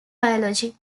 biology